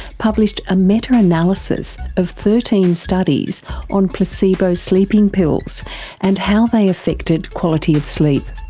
published a meta-analysis of thirteen studies on placebo sleeping pills and how they affected quality of sleep.